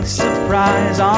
surprise